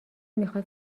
میخاد